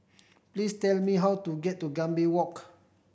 please tell me how to get to Gambir Walk